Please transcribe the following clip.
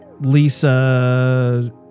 Lisa